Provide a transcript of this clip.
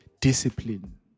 discipline